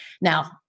Now